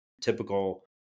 typical